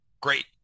Great